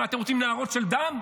מה, אתם רוצים נהרות של דם?